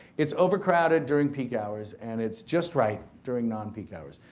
it's over-crowded during peak hours and it's just right during non-peak hours.